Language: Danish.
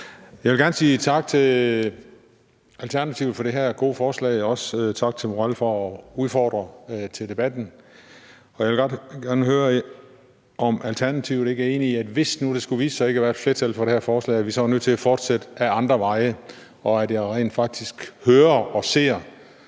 Jeg vil gerne sige tak til Alternativet for det her gode forslag, og også tak til Jan Morell for at udfordre til debatten. Jeg vil gerne høre, om Alternativet ikke er enig i, at hvis nu der skulle vise sig ikke at være flertal for det her forslag, er vi nødt til at fortsætte ad andre veje. Jeg hører og ser